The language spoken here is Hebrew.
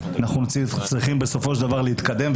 אנחנו צריכים בסופו של דבר להתקדם,